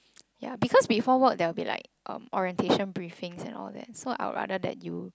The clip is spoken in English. ya because before work there will be like um orientation briefings and all that so I'll rather that you